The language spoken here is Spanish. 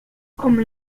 come